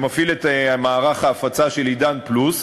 שמפעיל את מערך ההפצה של "עידן פלוס",